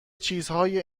چیزهایی